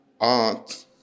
art